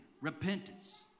Repentance